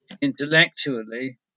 intellectually